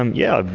um yeah, but